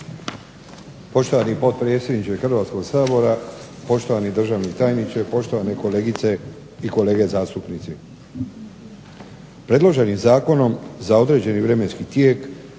Poštovani potpredsjedniče Hrvatskog sabora, poštovani državni tajniče, poštovane kolegice i kolege zastupnici. Predloženim zakonom za određeni vremenski tijek